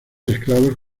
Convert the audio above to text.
esclavos